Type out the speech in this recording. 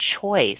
choice